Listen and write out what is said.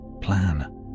plan